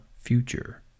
Future